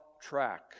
track